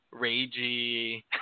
ragey